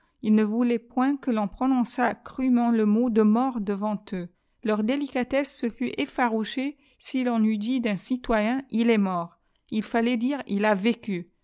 ils ne voulaient point qoe l'on prononçât crûment le mot de mort devant eux leur délicatesse ïse fût effiatrouchée si l'on eût dit d un citoyen il est mort il fallait dire il a vécu